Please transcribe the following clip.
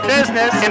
Business